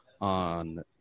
on